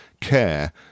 care